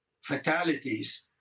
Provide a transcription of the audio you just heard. fatalities